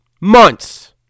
months